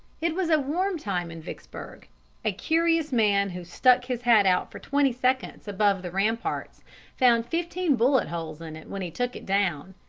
it was a warm time in vicksburg a curious man who stuck his hat out for twenty seconds above the ramparts found fifteen bullet-holes in it when he took it down,